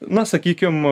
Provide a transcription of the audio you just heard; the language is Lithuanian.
na sakykim